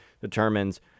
determines